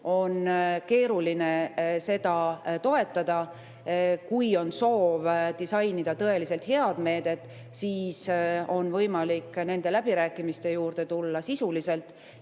on keeruline seda toetada. Kui on soov disainida tõeliselt head meedet, siis on võimalik nende läbirääkimiste juurde tulla sisuliselt